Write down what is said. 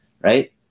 right